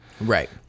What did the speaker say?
Right